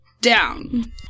down